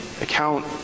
account